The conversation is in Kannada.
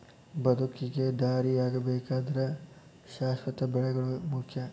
ಬದುಕಿಗೆ ದಾರಿಯಾಗಬೇಕಾದ್ರ ಶಾಶ್ವತ ಬೆಳೆಗಳು ಮುಖ್ಯ